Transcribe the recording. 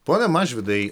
pone mažvydai